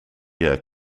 year